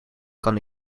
kan